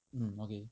mm okay